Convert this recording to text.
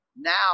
now